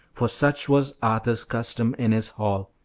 for such was arthur's custom in his hall.